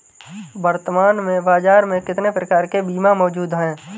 वर्तमान में बाज़ार में कितने प्रकार के बीमा मौजूद हैं?